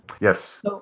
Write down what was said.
Yes